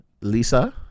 Lisa